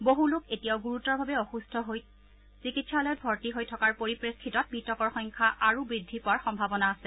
বছ লোক এতিয়াও গুৰুতৰভাৱে অসুস্থ হৈ চিকিৎসালয়ত ভৰ্তি হৈ থকাৰ পৰিপেক্ষিতত মৃতকৰ সংখ্যা আৰু বৃদ্ধি পোৱাৰ সম্ভাৱনা আছে